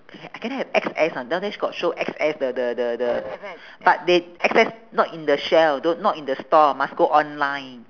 I can I have X_S or not down there she got show X_S the the the the but they X_S not in the shelve don't not in the store must go online